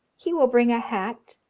he will bring a hat,